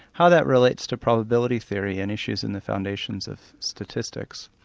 how that relates to probability theory and issues in the foundations of statistics.